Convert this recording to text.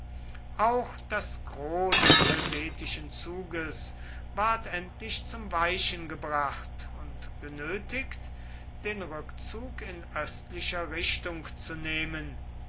auch das gros des helvetischen zuges ward endlich zum weichen gebracht und genötigt den rückzug in östlicher richtung zu nehmen